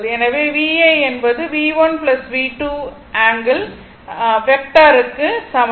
எனவே v A என்பது V1 V2 க்கு சமம்